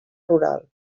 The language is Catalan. rural